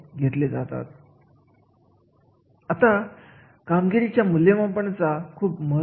परंतु जेव्हा आपण एखाद्या कार्याचे चांगले आणि खराब मुद्दे विचारात घेत असतो तेव्हा आपण खाण्याच्या मूल्यमापन विषयी बोलत असतो